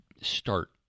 start